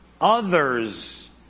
others